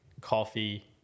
coffee